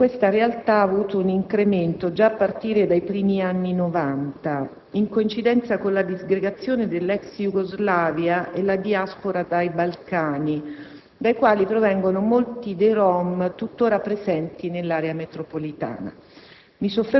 in questa realtà ha registrato un incremento già a partire dai primi anni Novanta, in coincidenza con la disgregazione dell'ex Jugoslavia e la diaspora dai Balcani, dai quali provengono molti dei Rom tuttora presenti nell'area metropolitana.